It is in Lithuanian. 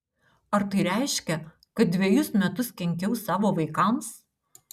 ar tai reiškia kad dvejus metus kenkiau savo vaikams